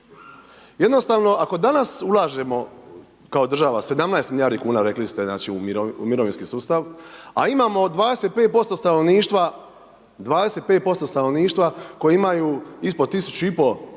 Jednostavno, ako danas ulažemo, kao država 17 milijardi kn, rekli ste u mirovinski sustav, a imamo 25% stanovništva koji imaju ispod 1500 kn mirovine.